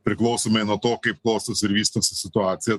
priklausomai nuo to kaip klostosi ir vystosi situacija